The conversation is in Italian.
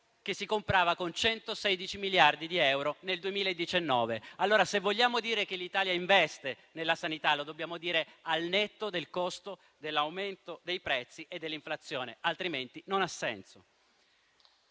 che si comprava con 116 miliardi di euro nel 2019. Allora, se vogliamo dire che l'Italia investe nella sanità, lo dobbiamo dire al netto dell'aumento dei prezzi e dell'inflazione, altrimenti non ha senso.